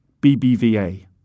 BBVA